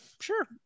Sure